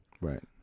Right